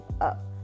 up